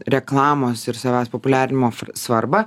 reklamos ir savęs populiarinimo svarbą